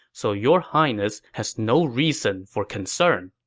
so your highness has no reason for concern.